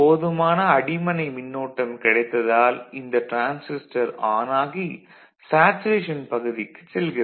போதுமான அடிமனை மின்னோட்டம் கிடைத்ததால் இந்த டிரான்சிஸ்டர் ஆன் ஆகி சேச்சுரேஷன் பகுதிக்குச் செல்கிறது